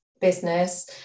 business